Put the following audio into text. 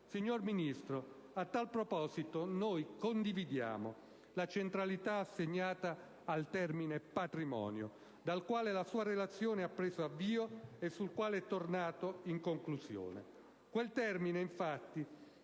Signor Ministro, a tal proposito, condividiamo la centralità assegnata al termine «patrimonio», dal quale la sua relazione ha preso avvio e sul quale è tornato in conclusione.